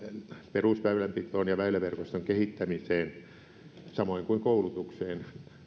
perusväylänpitoon ja väyläverkoston kehittämiseen samoin kuin koulutukseen